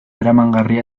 eramangarria